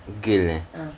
girl ah